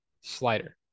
slider